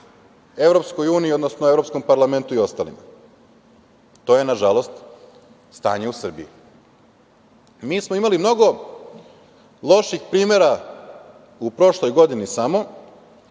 Evropskoj uniji, odnosno Evropskom parlamentu i ostalima. To je, nažalost, stanje u Srbiji. Mi smo imali mnogo loših primera u prošloj godini samo